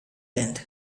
length